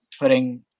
putting